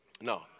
No